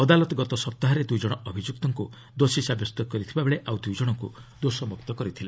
ଅଦାଲତ ଗତ ସପ୍ତାହରେ ଦୁଇ ଜଣ ଅଭିଯୁକ୍ତଙ୍କୁ ଦୋଷୀ ସାବ୍ୟସ୍ତ କରିଥିବା ବେଳେ ଆଉ ଦୁଇ ଜଣଙ୍କୁ ଦୋଷମୁକ୍ତ କରିଥିଲେ